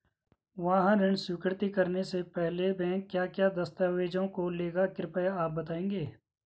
वाहन ऋण स्वीकृति करने से पहले बैंक क्या क्या दस्तावेज़ों को लेगा कृपया आप बताएँगे?